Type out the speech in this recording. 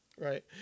Right